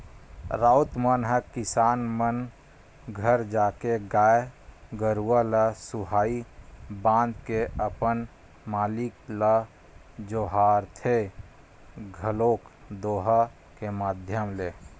राउत मन ह किसान मन घर जाके गाय गरुवा ल सुहाई बांध के अपन मालिक ल जोहारथे घलोक दोहा के माधियम ले